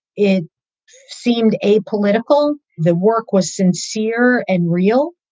it seemed apolitical, the work was sincere and real.